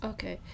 Okay